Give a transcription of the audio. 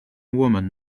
woman